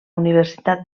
universitat